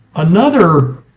another